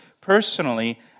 personally